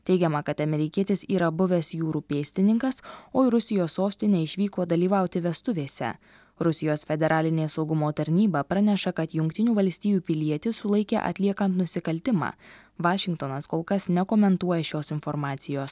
teigiama kad amerikietis yra buvęs jūrų pėstininkas o į rusijos sostinę išvyko dalyvauti vestuvėse rusijos federalinė saugumo tarnyba praneša kad jungtinių valstijų pilietį sulaikė atliekant nusikaltimą vašingtonas kol kas nekomentuoja šios informacijos